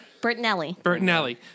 Bertinelli